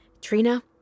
Trina